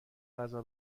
غذا